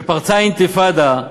כשפרצה האינתיפאדה.